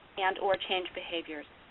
and or change behaviors.